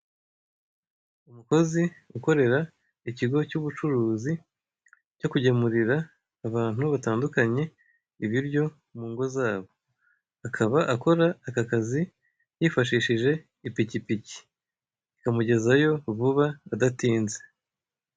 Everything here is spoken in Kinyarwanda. Umukozi ukorera ikigo cy'ubucuruzi cyo kugemurira abantu batandukanye ibiryo mungo zabo, akaba akora aka kazi yifashishije ipikipiki ikamugezayo vuba adatinze.